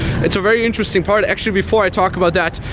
it's a very interesting part. actually, before i talk about that,